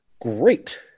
Great